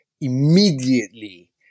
immediately